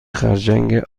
خرچنگ